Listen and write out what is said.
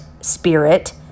spirit